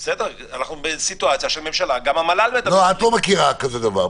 את לא מכירה כזה דבר.